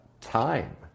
time